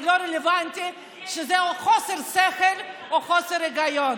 לא רלוונטי זה חוסר שכל או חוסר היגיון.